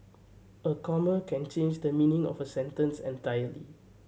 a comma can change the meaning of a sentence entirely